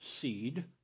seed